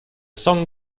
song